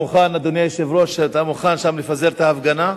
אדוני היושב-ראש, אתה מוכן שם לפזר את ההפגנה?